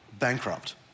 bankrupt